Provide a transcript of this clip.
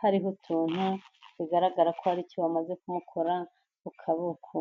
Hariho utuntu, bigaragara ko hari icyo bamaze kumukora ku kaboko.